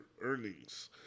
earnings